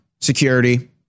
security